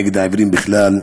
נגד העיוורים בכלל.